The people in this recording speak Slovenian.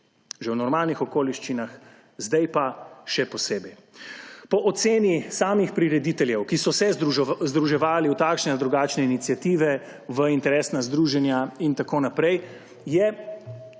že v normalnih okoliščinah, sedaj pa še posebej. Po oceni samih prirediteljev, ki so se združevali v takšne in drugačne iniciative, v interesna združenja in tako naprej, ta